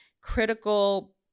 critical